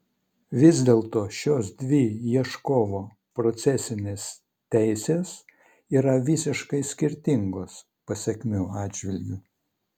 vis dėlto šios dvi ieškovo procesinės teisės yra visiškai skirtingos pasekmių atžvilgiu